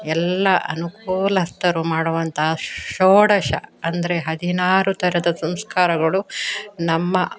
ಎಲ್ಲ ಅನುಕೂಲಸ್ಥರು ಮಾಡುವಂಥ ಷೋಡಶ ಅಂದರೆ ಹದಿನಾರು ಥರದ ಸಂಸ್ಕಾರಗಳು ನಮ್ಮ